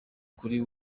kuri